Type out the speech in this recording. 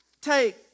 take